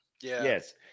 Yes